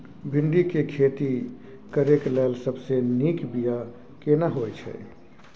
भिंडी के खेती करेक लैल सबसे नीक बिया केना होय छै?